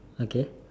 okay